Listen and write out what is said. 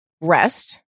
rest